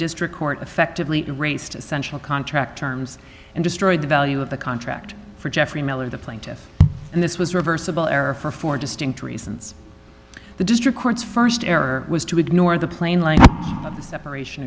district court effectively erased essential contract terms and destroyed the value of the contract for geoffrey miller the plaintiff and this was reversible error for four distinct reasons the district court's st error was to ignore the plain line of the separation